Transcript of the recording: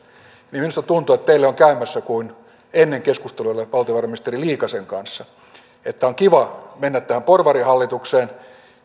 niin minusta tuntuu että teille on käymässä kuin ennen keskusteluille valtiovarainministeri liikasen kanssa että on kiva mennä tähän porvarihallitukseen